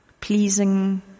Pleasing